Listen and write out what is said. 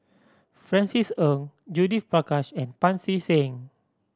Francis Ng Judith Prakash and Pancy Seng